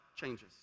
changes